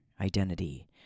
identity